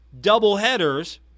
doubleheaders